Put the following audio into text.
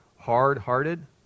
hard-hearted